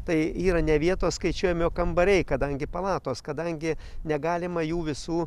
tai yra ne vietos skaičiuojami o kambariai kadangi palatos kadangi negalima jų visų